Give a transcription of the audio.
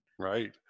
Right